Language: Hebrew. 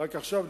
רק עכשיו,